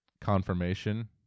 confirmation